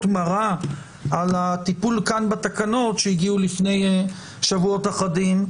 מרות על הטיפול כאן בתקנות שהגיעו לפני שבועות אחדים,